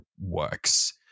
works